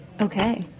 Okay